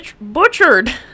butchered